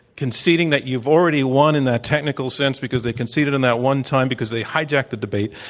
conceding that you've already won in that technical sense because they conceded in that one time, because they hijacked the debate